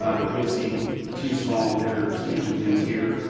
ah but you'll see two small header expansion pins here.